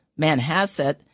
Manhasset